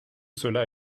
cela